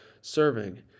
serving